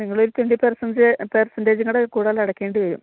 നിങ്ങൾ ഒരു ട്വൻ്റി പെർസെൻ്റെ പെർസെൻ്റെജും കൂടെ കൂടുതൽ അടയ്ക്കേണ്ടി വരും